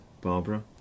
Barbara